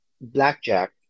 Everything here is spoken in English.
Blackjack